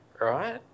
Right